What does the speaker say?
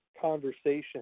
conversation